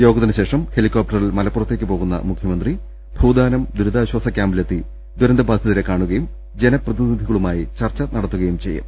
യോഗത്തിന് ശേഷം ഹെലികോ പ്റ്ററിൽ മലപ്പുറത്തേക്ക് പോകുന്ന മുഖ്യമന്ത്രി ഭൂദാനം ദുരിതാശ്വാസ ക്യാംപിലെത്തി ദുരന്തബാധിതരെ നേരിൽ കാണുകയും ജനപ്ര തിനിധികളുമായി ചർച്ച നടത്തുകയും ചെയ്യും